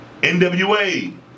NWA